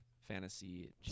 fantasy